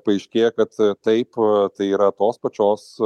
paaiškėja kad taip tai yra tos pačios